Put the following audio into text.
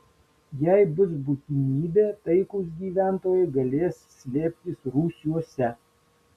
jei bus būtinybė taikūs gyventojai galės slėptis rūsiuose